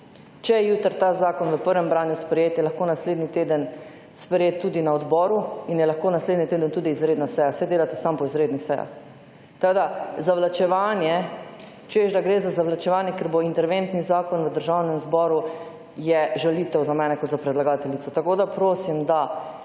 Če jutri ta zakon v prvem branju sprejet, je lahko naslednji teden sprejet tudi na odboru in je lahko naslednji teden tudi izredna seja. Saj delate samo po izrednih sejah. Tako da, zavlačevanje, češ da gre za zavlačevanje, ker bo interventni zakon v Državnem zboru, je žalitev za mene kot za predlagateljico. Tako, da prosim, da